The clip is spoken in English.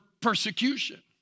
persecution